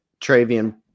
Travian